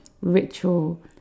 ritual